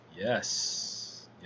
Yes